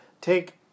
take